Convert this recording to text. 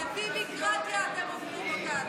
לביביקרטיה אתם הופכים אותנו.